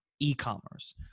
e-commerce